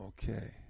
Okay